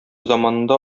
заманында